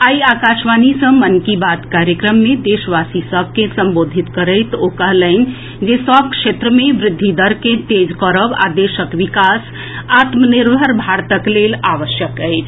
आई आकाशवाणी सँ मन की बात कार्यक्रम मे देशवासी सभ के संबोधित करैत ओ कहलनि जे सभ क्षेत्र मे वृद्धि दर के तेज करब आ देशक विकास आत्मनिर्भर भारतक लेल आवश्यक अछि